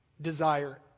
desire